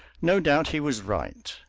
no doubt he was right.